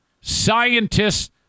scientists